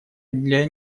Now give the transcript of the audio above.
для